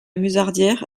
musardière